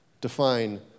define